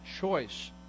choice